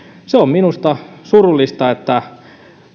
se on minusta surullista että